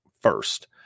first